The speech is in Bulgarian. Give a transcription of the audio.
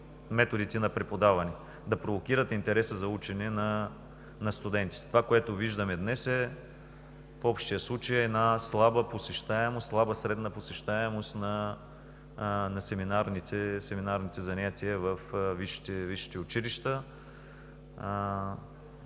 методите на преподаване, да провокират интереса за учене на студентите. Това, което виждаме днес, в общия случай е слаба средна посещаемост на семинарните занятия във висшите училища.